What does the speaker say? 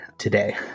today